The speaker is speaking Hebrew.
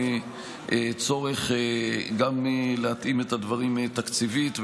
צורך גם להתאים את הדברים תקציבית,